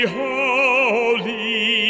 holy